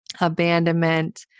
abandonment